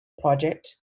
project